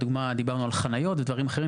לדוגמה דיברנו על חניות ודברים אחרים,